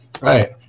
right